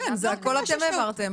כן, זה הכול אתם העברתם.